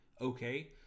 okay